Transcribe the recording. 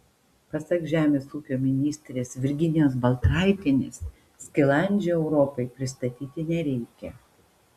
pasak žemės ūkio ministrės virginijos baltraitienės skilandžio europai pristatyti nereikia